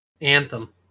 Anthem